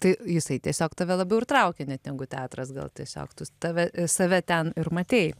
tai jisai tiesiog tave labiau ir traukė net negu teatras gal tiesiog tu tave i save ten ir matei